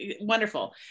wonderful